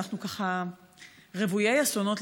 כשאנחנו ככה רוויי אסונות,